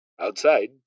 Outside